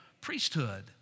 priesthood